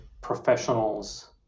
professionals